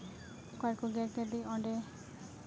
ᱚᱠᱟ ᱨᱮᱠᱚ ᱜᱮᱨ ᱞᱮᱫᱮ ᱚᱸᱰᱮ